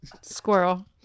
Squirrel